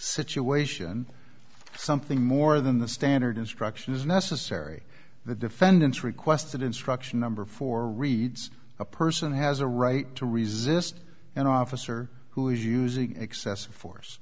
situation something more than the standard instruction is necessary the defendant's requested instruction number four reads a person has a right to resist an officer who is using excessive force